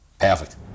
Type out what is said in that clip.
perfect